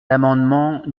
l’amendement